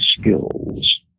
skills